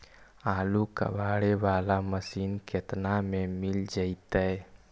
आलू कबाड़े बाला मशीन केतना में मिल जइतै?